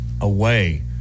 away